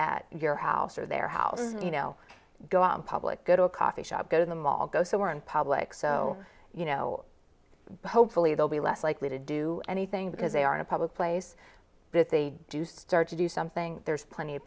at your house or their house you know go on public go to a coffee shop go to the mall go somewhere in public so you know hopefully they'll be less likely to do anything because they are in a public place if they do start to do something there's plenty of